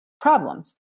problems